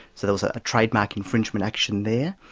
so there was a trademark infringement action there.